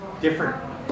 different